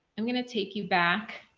i'm going to take you back.